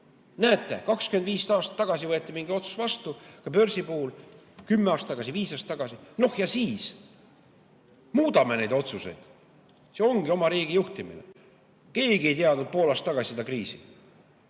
Näete, 25 aastat tagasi võeti mingi otsus vastu, ka börsi puhul, kümme aastat tagasi või viis aastat tagasi. Noh, ja siis? Muudame neid otsuseid. See ongi oma riigi juhtimine. Keegi ei teadnud pool aastat tagasi seda kriisi